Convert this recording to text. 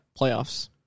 playoffs